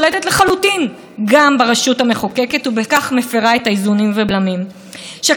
שקד גם טוענת שהמשטר השתנה משלטון העם לשלטון מועצת חכמי המשפט.